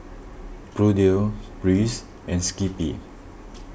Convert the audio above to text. Bluedio Breeze and Skippy